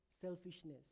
selfishness